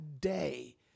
day